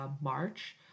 march